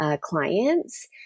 clients